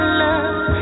love